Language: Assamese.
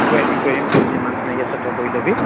তোকো এডমিন কৰি দিম তোৰ যিমান চিনকি আছে তই কৰি ল'বি